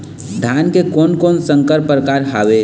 धान के कोन कोन संकर परकार हावे?